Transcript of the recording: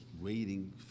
waiting